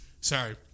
sorry